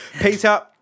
Peter